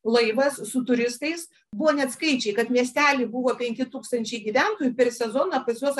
laivas su turistais buvo net skaičiai kad miestely buvo penki tūkstančiai gyventojų per sezoną pas juos